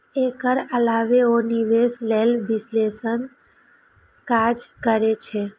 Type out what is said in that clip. एकर अलावे ओ निवेश लेल विश्लेषणक काज करै छै